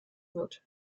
wird